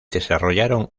desarrollaron